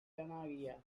pangaea